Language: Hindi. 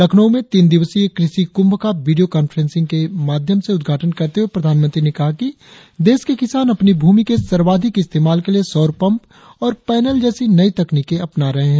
लखनऊ में तीन दिवसीय कृषि क्रंभ का वीडियों कांफ्रेंस के माध्यम से उद्घाटन करते हुए प्रधानमंत्री ने कहा कि देश के किसान अपनी भूमि के सर्वाधिक इस्तेमाल के लिए सौर पंप और पैनल जैसी नई तकनिकें अपना रहे हैं